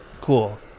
Cool